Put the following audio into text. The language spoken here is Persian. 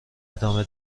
ادامه